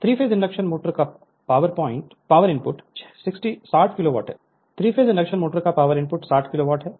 Refer Slide Time 1542 3 phase induction motor का power input 60 kilowatt है